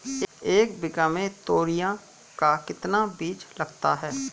एक बीघा में तोरियां का कितना बीज लगता है?